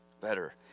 better